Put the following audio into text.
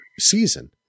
season